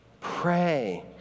Pray